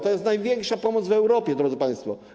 To jest największa pomoc w Europie, drodzy państwo.